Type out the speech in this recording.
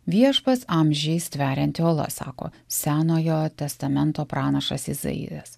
viešpats amžiais tverianti ola sako senojo testamento pranašas izaijas